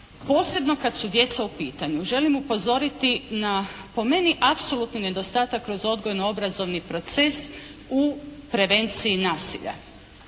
Posebno kad su djeca u pitanju želim upozoriti na po meni apsolutni nedostatak kroz odgojno-obrazovni proces u prevenciji nasilja.